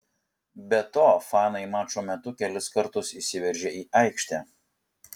be to fanai mačo metu kelis kartus įsiveržė į aikštę